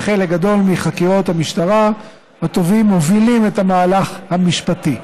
בחלק גדול מחקירות המשטרה התובעים מובילים את המהלך המשפטי,